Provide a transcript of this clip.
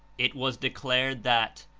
it was declared that,